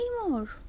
anymore